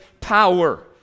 power